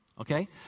Okay